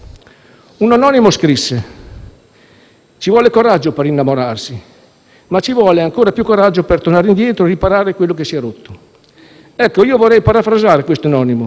«Ci vuole coraggio per innamorarsi, ma ci vuole ancora più coraggio per tornare indietro e riparare quello che si è rotto». Ecco, io vorrei parafrasare questo anonimo: ci vuole coraggio per andarsene